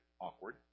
awkward